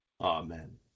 Amen